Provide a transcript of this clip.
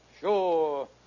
Sure